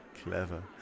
clever